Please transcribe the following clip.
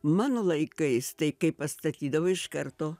mano laikais tai kai pastatydavo iš karto